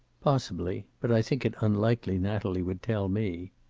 possibly. but i think it unlikely natalie would tell me.